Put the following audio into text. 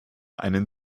einen